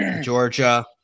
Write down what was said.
Georgia